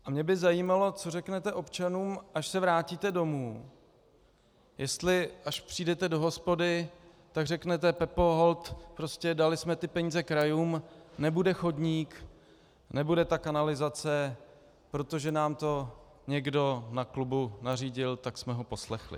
A mě by zajímalo, co řeknete občanům, až se vrátíte domů, jestli až přijdete do hospody, tak řeknete: Pepo, prostě dali jsme ty peníze krajům, nebude chodník, nebude ta kanalizace, protože nám to někdo na klubu nařídil, tak jsme ho poslechli.